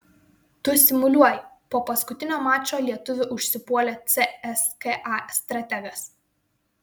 tu simuliuoji po paskutinio mačo lietuvį užsipuolė cska strategas